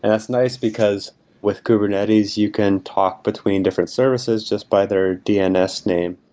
and it's nice because with kubernetes you can talk between different services just by their dns name.